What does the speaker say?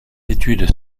études